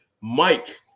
Mike